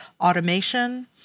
automation